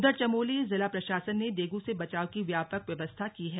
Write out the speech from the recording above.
उधर चमोली जिला प्रशासन ने डेंगू से बचाव की व्यापक व्यवस्था की है